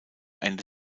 ende